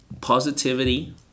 Positivity